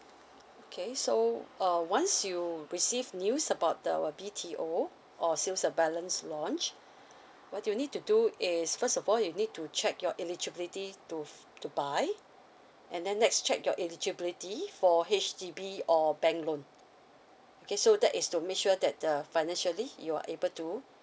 okay so uh once you receive news about the our B T O or sales of balance launch what you need to do is first of all you need to check your eligibility to to buy and then next check your eligibility for H_D_B or bank loan okay so that is to make sure that the financially you're able to